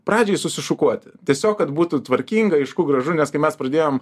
pradžiai susišukuoti tiesiog kad būtų tvarkinga aišku gražu nes kai mes pradėjome